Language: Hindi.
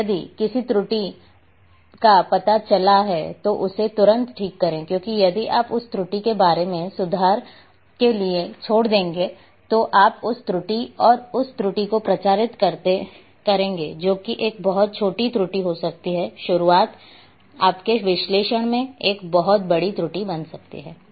और यदि किसी त्रुटि का पता चला है तो उसे तुरंत ठीक करें क्योंकि यदि आप उस त्रुटि को बाद में सुधार के लिए छोड़ देते हैं तो आप उस त्रुटि और उस त्रुटि को प्रचारित करेंगे जो कि एक बहुत छोटी त्रुटि हो सकती है शुरुआत आपके विश्लेषण में एक बहुत बड़ी त्रुटि बन सकती है